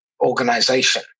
organization